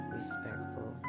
respectful